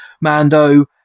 Mando